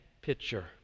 picture